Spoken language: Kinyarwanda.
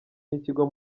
n’ikigo